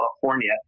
California